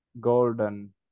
golden